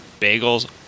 Bagels